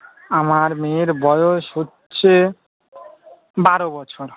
আমার মেয়ের বয়স হচ্ছে বারো বছর